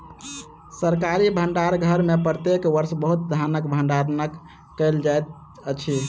सरकारी भण्डार घर में प्रत्येक वर्ष बहुत धानक भण्डारण कयल जाइत अछि